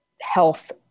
health